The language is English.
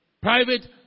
Private